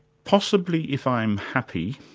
possibly if i'm happy,